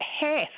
half